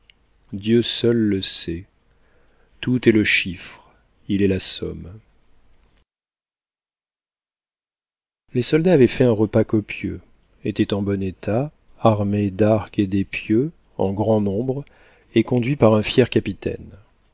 dieu seul le sait tout est le chiffre il est la somme les soldats avaient fait un repas copieux étaient en bon état armés d'arcs et d'épieux en grand nombre et conduits par un fier capitaine